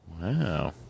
Wow